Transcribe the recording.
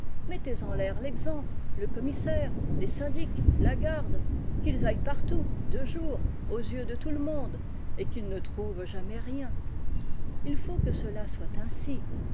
mettez en l'air l'exempt le commissaire les syndics la garde qu'ils aillent partout de jour aux yeux de tout le monde et qu'ils ne trouvent jamais rien il faut que cela soit ainsi